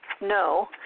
no